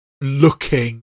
looking